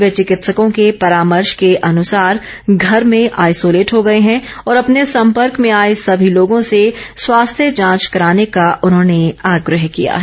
वे चिकित्सकों के परामर्श के अनुसार घर में आइसोलेट हो गए हैं और अपने सम्पर्क में आए सभी लोगों से स्वास्थ्य जांच कराने का उन्होंने आग्रह किया है